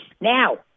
Now